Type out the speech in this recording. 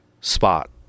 spot